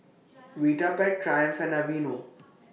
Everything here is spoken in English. Vitapet Triumph and Aveeno